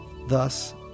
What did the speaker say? Thus